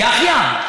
יִחיָא.